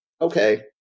Okay